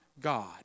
God